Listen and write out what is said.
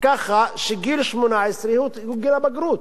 ככה שגיל 18 הוא גיל הבגרות.